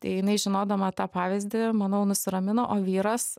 tai jinai žinodama tą pavyzdį manau nusiramino o vyras